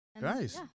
Nice